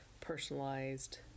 personalized